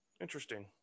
Interesting